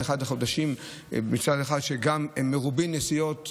זה אחד החודשים שמצד אחד הם גם מרובי נסיעות,